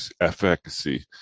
efficacy